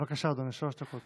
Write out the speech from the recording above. בבקשה, אדוני, שלוש דקות.